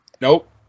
Nope